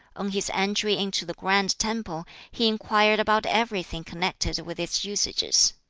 on his entry into the grand temple, he inquired about everything connected with its usages.